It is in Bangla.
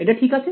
এটা ঠিক আছে